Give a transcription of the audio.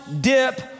dip